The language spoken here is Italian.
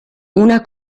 una